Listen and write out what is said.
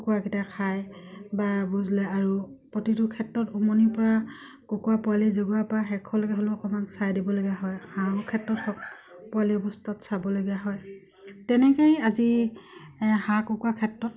কুকুৰাকিটাই খাই বা আৰু প্ৰতিটোৰ ক্ষেত্ৰত উমনি পৰা কুকুৰা পোৱালি জগোৱাৰ পৰা শেষ হ'লেকে হ'লেও অকমান চাই দিবলগীয়া হয় হাঁহৰ ক্ষেত্ৰত হওক পোৱালি অৱস্থাত চাবলগীয়া হয় তেনেকেই আজি হাঁহ কুকুৰাৰ ক্ষেত্ৰত